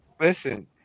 Listen